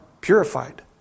purified